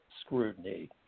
scrutiny